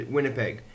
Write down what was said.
Winnipeg